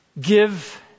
Give